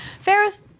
Ferris